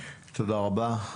תודה רבה.